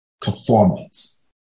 performance